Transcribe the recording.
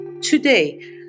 Today